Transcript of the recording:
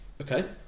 Okay